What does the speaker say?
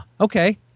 okay